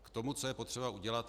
K tomu, co je potřeba udělat.